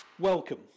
Welcome